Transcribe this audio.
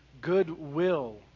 goodwill